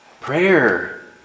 Prayer